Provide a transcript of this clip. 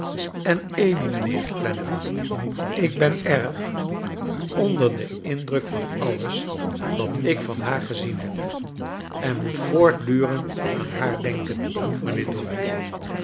en amy mijnheer clennam ik ben erg onder den indruk van alles wat ik van haar gezien heb en moet voortdurend aan haar denken mijnheer dorrit